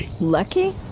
Lucky